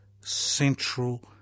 central